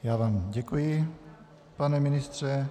Já vám děkuji, pane ministře.